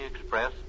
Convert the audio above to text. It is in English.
Express